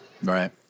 Right